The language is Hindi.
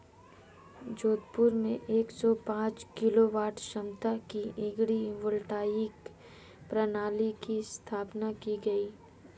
जोधपुर में एक सौ पांच किलोवाट क्षमता की एग्री वोल्टाइक प्रणाली की स्थापना की गयी